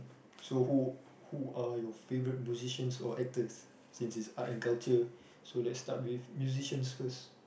so who who are your favourite musicians or actors since it's art and culture so let's start with musician first